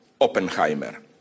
Oppenheimer